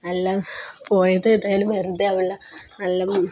നല്ല പോയത് ഏതായാലും വെറുതെയാകില്ല നല്ല